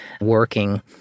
working